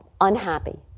unhappy